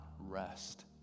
rest